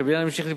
שהבניין ימשיך,